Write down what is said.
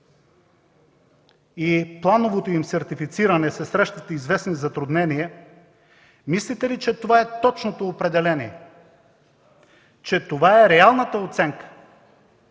и плановото им сертифициране се срещат известни затруднения, мислите ли, че това е точното определение, че това е реалната оценка?